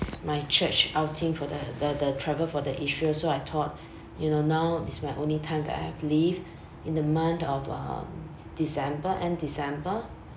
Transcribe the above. my church outing for the the the travel for the israel so I thought you know now is my only time that I have leave in the month of um december end december